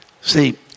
See